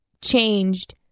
changed